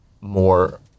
more